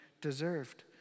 deserved